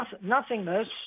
Nothingness